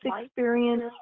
experience